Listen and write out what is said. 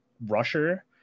rusher